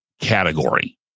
category